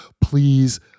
Please